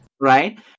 Right